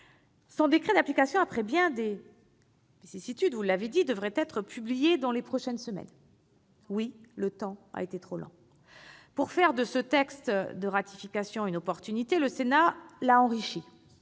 Son décret d'application devrait, après bien des vicissitudes, être publié dans les prochaines semaines. Oui, madame la rapporteur, le temps a été trop long. Pour faire de ce texte de ratification une opportunité, le Sénat l'a enrichi-